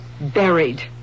Buried